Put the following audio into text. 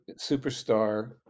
superstar